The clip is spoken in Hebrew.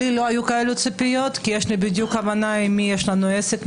לי לא היו ציפיות כאלו כי יש לי הבנה עם מי יש לנו עסק,